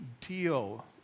deal